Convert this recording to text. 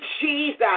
Jesus